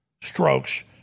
strokes